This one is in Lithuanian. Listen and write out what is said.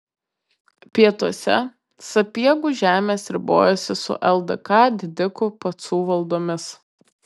pietuose sapiegų žemės ribojosi su ldk didikų pacų valdomis